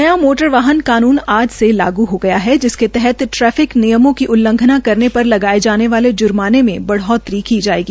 न्या मोटर वाहन कानून आज से लागू हो गया है जिसके तहत ट्रैफिक नियमों की उल्लघंना करने पर लगाये जाने वाले जुर्माने में बढ़ोतरी की जायेगी